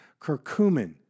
Curcumin